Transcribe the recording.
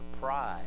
pride